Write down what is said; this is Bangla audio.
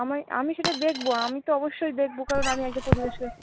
আমায় আমি সেটা দেখবো আমি তো অবশ্যই দেখবো কারণ আমি একজন প্রতিবেশীও